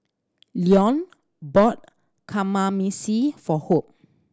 Leone bought Kamameshi for Hope